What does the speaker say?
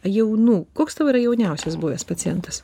jaunų koks tavo yra jauniausias buvęs pacientas